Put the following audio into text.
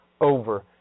over